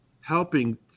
helping